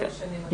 לא משנה מה.